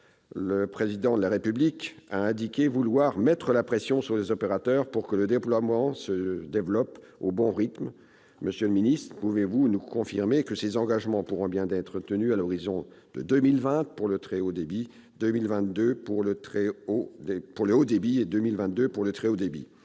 le Président de la République a indiqué vouloir mettre la pression sur les opérateurs pour que le déploiement se fasse au bon rythme. Monsieur le ministre, pouvez-vous nous confirmer que les engagements seront bien tenus, à l'horizon de 2020 pour le haut débit et de 2022 pour le très haut débit,